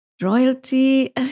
Royalty